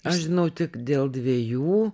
aš žinau tik dėl dviejų